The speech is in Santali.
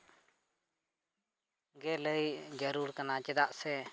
ᱜᱮ ᱞᱟᱹᱭ ᱡᱟᱹᱨᱩᱲ ᱠᱟᱱᱟ ᱪᱮᱫᱟᱜ ᱥᱮ